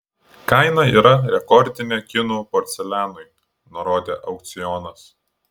kaina yra rekordinė kinų porcelianui nurodė aukcionas